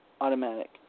automatic